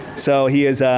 so, he is